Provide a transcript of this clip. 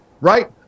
right